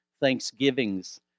Thanksgivings